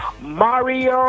Mario